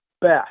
best